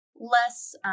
less